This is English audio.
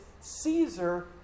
Caesar